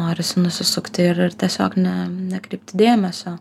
norisi nusisukti ir ir tiesiog ne nekreipti dėmesio